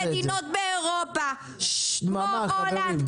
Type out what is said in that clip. מדינות באירופה כמו הולנד,